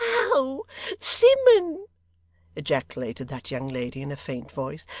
oh simmun ejaculated that young lady in a faint voice.